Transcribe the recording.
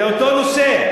זה אותו נושא.